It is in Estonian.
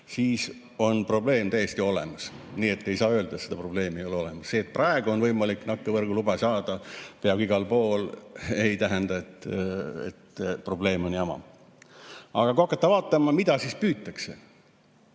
siis on probleem täiesti olemas. Nii et ei saa öelda, et seda probleemi ei ole olemas. See, et praegu on võimalik nakkevõrgu luba saada peaaegu igal pool, ei tähenda, et probleem on jama. Aga kui hakata vaatama, mida siis püütakse.